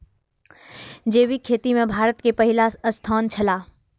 जैविक खेती में भारत के पहिल स्थान छला